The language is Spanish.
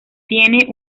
tiene